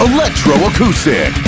Electroacoustic